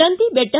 Nandi Betta